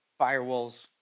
firewalls